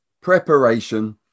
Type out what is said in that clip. Preparation